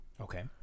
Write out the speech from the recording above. Okay